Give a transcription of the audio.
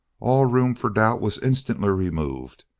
all room for doubt was instantly removed,